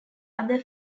other